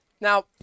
Now